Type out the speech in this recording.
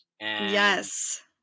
Yes